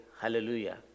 hallelujah